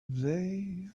they